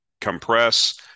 compress